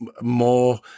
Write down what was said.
more